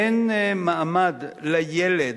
אין מעמד לילד,